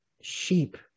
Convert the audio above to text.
Sheep